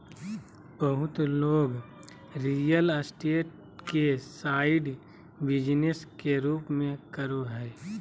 बहुत लोग real estate के साइड बिजनेस के रूप में करो हइ